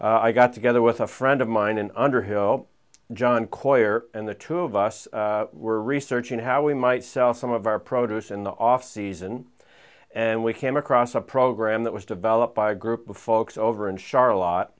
year i got together with a friend of mine in underhill john quire and the two of us were researching how we might sell some of our produce in the off season and we came across a program that was developed by a group of folks over in charlotte